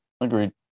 agreed